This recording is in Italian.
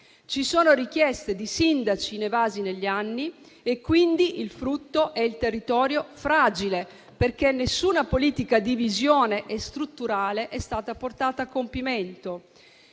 Ci sono richieste di sindaci inevase negli anni e quindi il frutto è un territorio fragile, perché nessuna politica di visione e strutturale è stata portata a compimento.